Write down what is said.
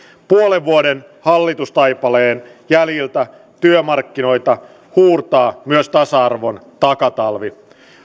puolen vuoden hallitustaipaleen jäljiltä työmarkkinoita huurtaa myös tasa arvon takatalvi